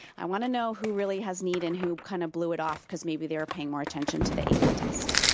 i wanna know who really has need and who kinda blew it off, because maybe they were paying more attention to the ap test.